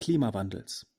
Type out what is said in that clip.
klimawandels